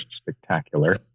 spectacular